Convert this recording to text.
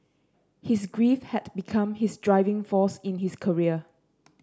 his grief had become his driving force in his career